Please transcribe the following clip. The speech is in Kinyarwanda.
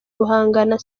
guhangana